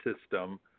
system